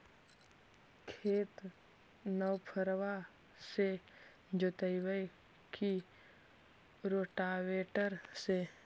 खेत नौफरबा से जोतइबै की रोटावेटर से?